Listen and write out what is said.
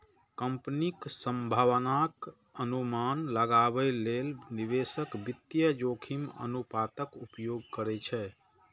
कंपनीक संभावनाक अनुमान लगाबै लेल निवेशक वित्तीय जोखिम अनुपातक उपयोग करै छै